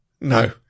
No